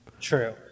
True